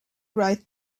right